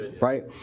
right